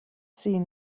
seen